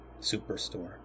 Superstore